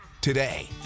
today